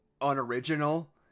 unoriginal